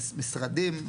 משרדים,